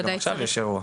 גם עכשיו יש אירוע.